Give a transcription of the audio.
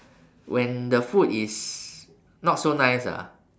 when the food is not so nice ah